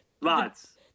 Lots